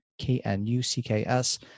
K-N-U-C-K-S